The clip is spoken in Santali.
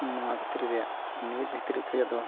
ᱱᱚᱣᱟ ᱵᱷᱤᱛᱨᱤ ᱨᱮᱭᱟᱜ ᱱᱤᱭᱩᱡᱽ ᱵᱷᱤᱛᱨᱤ ᱠᱷᱚᱱᱟᱜ ᱫᱚ